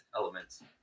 elements